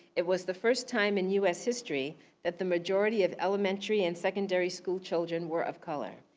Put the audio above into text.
it was the first time in us history that the majority of elementary and secondary school children were of color,